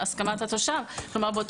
לכן כל מי שמגיע מהשנה שעברה ואילך,